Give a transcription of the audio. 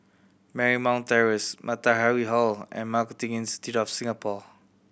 Marymount Terrace Matahari Hall and Marketing Institute of Singapore